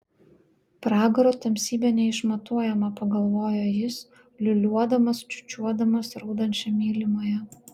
pragaro tamsybė neišmatuojama pagalvojo jis liūliuodamas čiūčiuodamas raudančią mylimąją